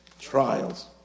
trials